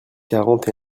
quarante